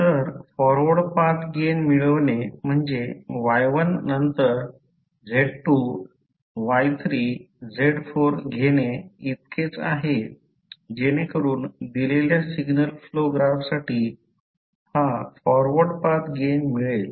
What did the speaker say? तर forward path gain मिळवणे म्हणजे Y1 नंतर Z2Y3Z4 घेणे इतकेच आहे जेणेकरून दिलेल्या सिग्नल फ्लो ग्राफसाठी हा फॉरवर्ड पाथ गेन मिळेल